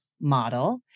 model